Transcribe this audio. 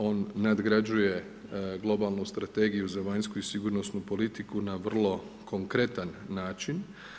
On nadgrađuje globalnu strategiju za vanjsku i sigurnosnu politiku na vrlo konkretan način.